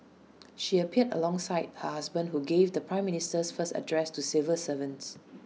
she appeared alongside her husband who gave the prime Minister's first address to civil servants